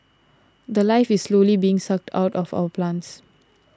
the Life is slowly being sucked out of our plants